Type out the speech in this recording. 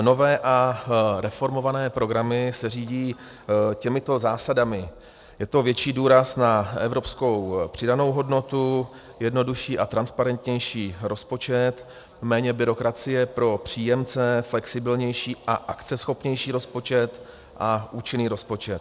Nové a reformované programy se řídí těmito zásadami: je to větší důraz na evropskou přidanou hodnotu, jednodušší a transparentnější rozpočet, méně byrokracie pro příjemce, flexibilnější a akceschopnější rozpočet a účinný rozpočet.